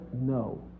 No